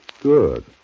Good